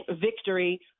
victory